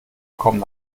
kommen